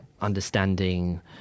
understanding